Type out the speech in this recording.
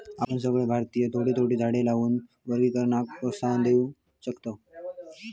आपण सगळे भारतीय थोडी थोडी झाडा लावान वनीकरणाक प्रोत्साहन देव शकतव